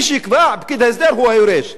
מי שיקבע פקיד ההסדר הוא היורש,